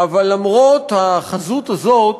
אבל למרות החזות הזאת